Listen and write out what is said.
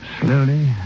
Slowly